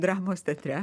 dramos teatre